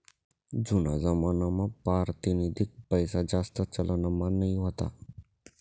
जूना जमानामा पारतिनिधिक पैसाजास्ती चलनमा नयी व्हता